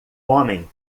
homem